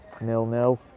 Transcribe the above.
nil-nil